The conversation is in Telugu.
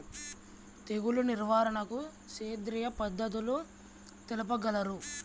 తెగులు నివారణకు సేంద్రియ పద్ధతులు తెలుపగలరు?